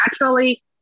naturally